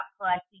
collecting